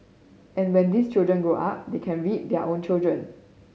and when these children grow up they can read their children